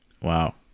wow